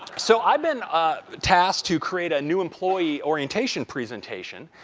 so, i've been ah tasked to create a new employee orientation presentation.